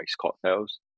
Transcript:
cocktails